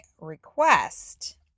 request